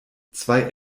zwei